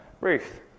Ruth